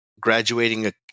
graduating